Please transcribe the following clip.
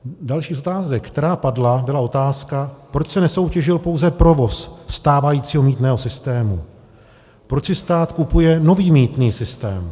Další z otázek, která padla, byla otázka, proč se nesoutěžil pouze provoz stávajícího mýtného systému, proč si stát kupuje nový mýtný systém.